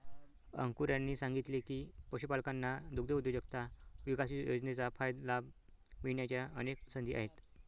अंकुर यांनी सांगितले की, पशुपालकांना दुग्धउद्योजकता विकास योजनेचा लाभ मिळण्याच्या अनेक संधी आहेत